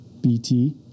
bt